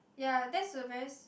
ya that's a very s~